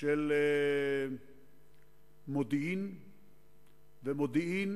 של מודיעין ומודיעין